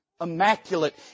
immaculate